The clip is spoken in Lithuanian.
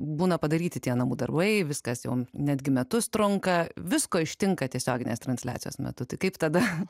būna padaryti tie namų darbai viskas jau netgi metus trunka visko ištinka tiesioginės transliacijos metu tai kaip tada